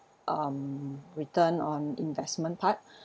um return on investment part